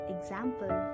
Example